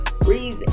breathe